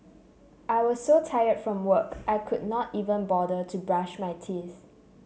I was so tired from work I could not even bother to brush my teeth